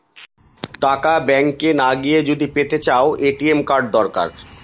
টাকা ব্যাঙ্ক না গিয়ে যদি পেতে চাও, এ.টি.এম কার্ড দরকার